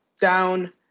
down